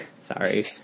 Sorry